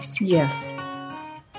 yes